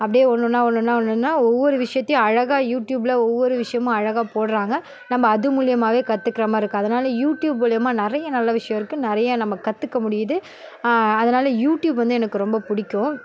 அப்படியே ஒன்னொன்றா ஒன்னொன்றா ஒன்னொன்றா ஒவ்வொரு விஷயத்தையும் அழகாக யூடியூபில் ஒவ்வொரு விஷயமும் அழகாக போடுறாங்க நம்ம அது மூலிமாவே கற்றுக்குற மாதிரி இருக்குது அதனால் யூடியூப் மூலிமா நிறைய நல்ல விஷயம் இருக்குது நிறைய நம்ம கற்றுக்க முடியுது அதனால் யூடியூப் வந்து எனக்கு ரொம்ப பிடிக்கும்